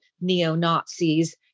neo-Nazis